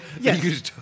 Yes